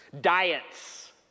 Diets